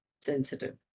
sensitive